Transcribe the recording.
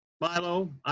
Milo